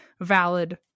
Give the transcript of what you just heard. valid